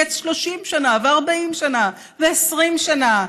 מקץ 30 שנה ו-40 שנה ו-20 שנה.